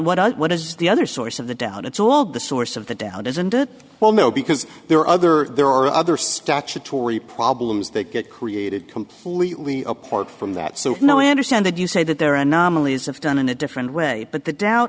are what is the other source of the doubt it's all the source of the doubt isn't it well no because there are other there are other statutory problems that get created completely apart from that so no i understand that you say that there are anomalies of done in a different way but the doubt